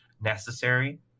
necessary